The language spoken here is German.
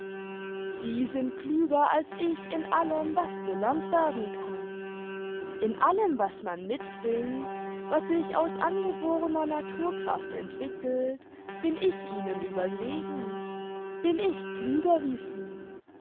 sie sind klüger als ich in allem was gelernt werden kann in allem was man mitbringt was sich aus angeborener naturkraft entwickelt bin ich ihnen überlegen bin ich klüger wie sie